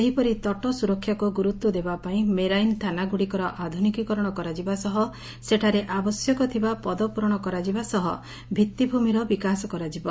ସେହିପରି ତଟସ୍ବରକ୍ଷାକୁ ଗୁରୁତ୍ୱ ଦେବାପାଇଁ ମେରାଇନ ଥାନାଗୁଡ଼ିକର ଆଧୁନିକୀକରଣ କରାଯିବା ସହ ସେଠାରେ ଆବଶ୍ୟକ ଥିବା ପଦ ପୂରଣ କରାଯିବା ସହ ଭିଭିଭିମିର ବିକାଶ କରାଯିବ